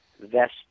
vest